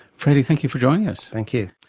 freddy, thank you for joining us. thank you.